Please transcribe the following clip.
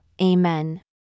Amen